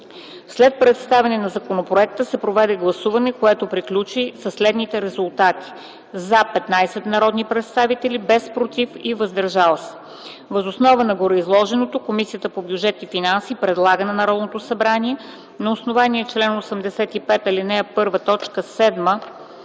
След представяне на законопроекта се проведе гласуване, което приключи при следните резултати: „за” – 15 народни представители, без „против” и „въздържали се”. Въз основа на гореизложеното Комисията по бюджет и финанси предлага на Народното събрание на основание чл. 85, ал. 1,